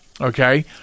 okay